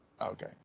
Okay